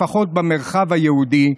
לפחות במרחב היהודי,